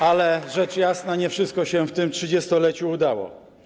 Ale, rzecz jasna, nie wszystko się w tym 30-leciu udało.